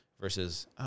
versus